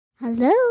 Hello